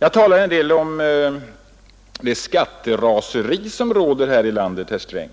Jag talade en del om det skatteraseri som råder här i landet, herr Sträng;